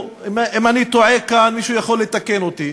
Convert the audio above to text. אני טועה כאן מישהו יכול לתקן אותי,